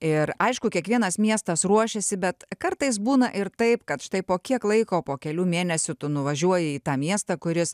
ir aišku kiekvienas miestas ruošiasi bet kartais būna ir taip kad štai po kiek laiko po kelių mėnesių tu nuvažiuoji į tą miestą kuris